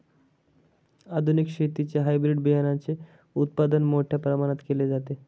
आधुनिक शेतीत हायब्रिड बियाणाचे उत्पादन मोठ्या प्रमाणात केले जाते